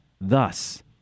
Thus